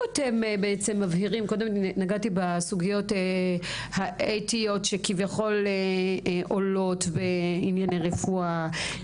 נגעתי קודם בסוגיות האתיות שעולות בענייני רפואה,